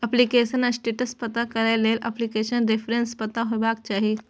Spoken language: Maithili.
एप्लीकेशन स्टेटस पता करै लेल एप्लीकेशन रेफरेंस पता हेबाक चाही